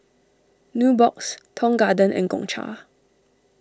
Nubox Tong Garden and Gongcha